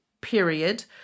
period